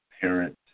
parent